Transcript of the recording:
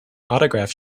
autograph